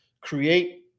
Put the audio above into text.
create